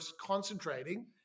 concentrating